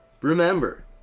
Remember